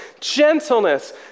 gentleness